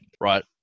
right